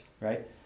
right